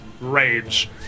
rage